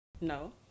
No